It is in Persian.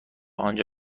آنجا